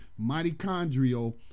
mitochondrial